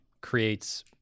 creates